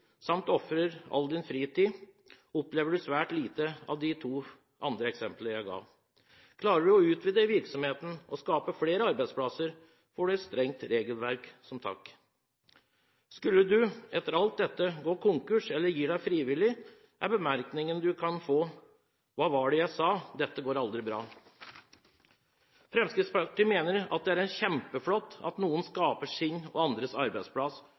samt å ofre all din fritid, opplever du svært lite av slikt som kom fram i de to andre eksemplene jeg ga. Klarer du å utvide virksomheten og skape flere arbeidsplasser, får du et strengt regelverk som takk. Skulle du etter alt dette gå konkurs eller gi deg frivillig, er bemerkningen du kan få: Hva var det jeg sa, dette vil aldri gå bra. Fremskrittspartiet mener det er kjempeflott at noen skaper sin og andres arbeidsplass,